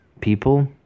people